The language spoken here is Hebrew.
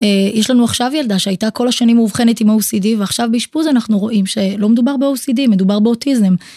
יש לנו עכשיו ילדה שהייתה כל השנים מאובחנת עם OCD ועכשיו באשפוז אנחנו רואים שלא מדובר ב-OCD, מדובר באוטיזם.